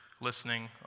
listening